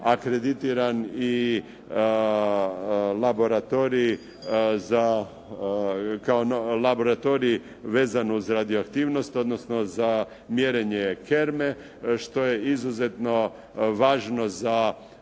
kao, laboratorij vezan uz radioaktivnost odnosno za mjerenje kerme što je izuzetno važno za